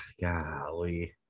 golly